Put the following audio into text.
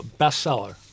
bestseller